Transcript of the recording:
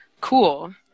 cool